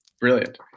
Brilliant